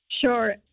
Sure